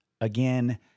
again